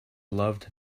loved